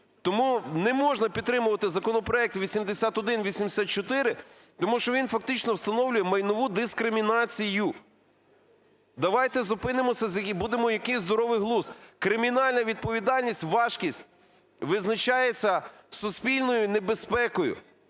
Тому не можна підтримувати законопроект 8184, тому що він фактично встановлює майнову дискримінацію. Давайте зупинимося і будемо… якийсь здоровий глузд. Кримінальна відповідальність важкість визначається суспільною небезпекою.